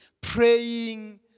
praying